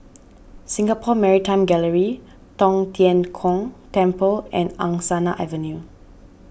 Singapore Maritime Gallery Tong Tien Kung Temple and Angsana Avenue